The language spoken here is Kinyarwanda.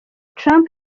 trump